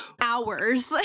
hours